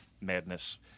madness